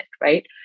Right